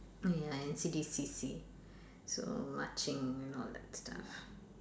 ya N_C_D_C_C so marching and all that stuff